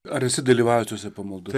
ar esi dalyvavęs tose pamaldos